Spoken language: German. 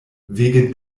wegen